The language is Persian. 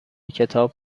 کتاب